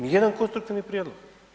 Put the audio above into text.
Nijedan konstruktivni prijedlog.